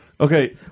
Okay